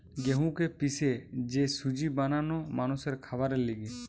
গেহুকে পিষে যে সুজি বানানো মানুষের খাবারের লিগে